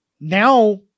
now